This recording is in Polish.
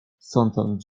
sądząc